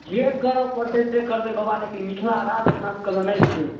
जे करऽ पड़तै से करबै बबा लेकिन मिथिलाराज अपनासबके लेनाइ छै